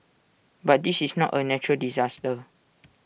but this is not A natural disaster